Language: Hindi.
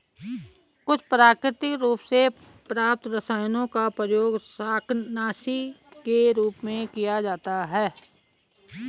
कुछ प्राकृतिक रूप से प्राप्त रसायनों का प्रयोग शाकनाशी के रूप में किया जाता है